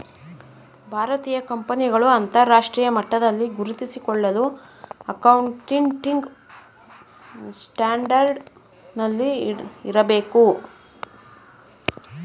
ಭಾರತೀಯ ಕಂಪನಿಗಳು ಅಂತರರಾಷ್ಟ್ರೀಯ ಮಟ್ಟದಲ್ಲಿ ಗುರುತಿಸಿಕೊಳ್ಳಲು ಅಕೌಂಟಿಂಗ್ ಸ್ಟ್ಯಾಂಡರ್ಡ್ ನಲ್ಲಿ ಇರಬೇಕು